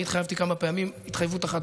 אני התחייבתי כמה פעמים התחייבות אחת,